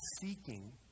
seeking